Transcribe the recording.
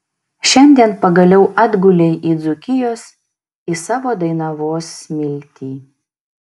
šiandien pagaliau atgulei į dzūkijos į savo dainavos smiltį